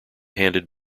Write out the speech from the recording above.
handed